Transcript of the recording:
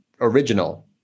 original